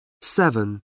Seven